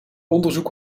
onderzoek